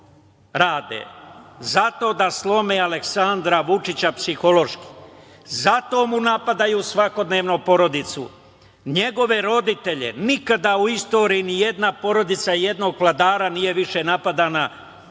rade? Zato da slome Aleksandra Vučića psihološki, zato mu napadaju svakodnevno porodicu, njegove roditelje. Nikada u istoriji ni jedna porodica jednog vladara nije više napadana nego